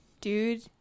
Dude